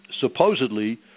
supposedly